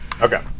Okay